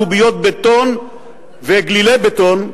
קוביות בטון וגלילי בטון,